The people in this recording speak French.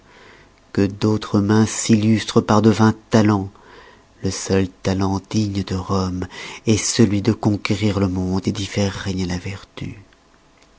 que d'autres mains s'illustrent par de vains talents le seul talent digne de rome est celui de conquérir le monde d'y faire régner la vertu